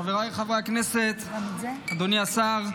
חבריי חברי הכנסת, אדוני השר,